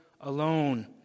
alone